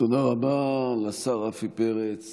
תודה רבה לשר רפי פרץ